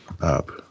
up